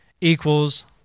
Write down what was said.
equals